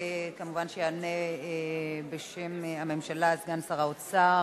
וכמובן יענה בשם הממשלה סגן שר האוצר